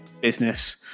business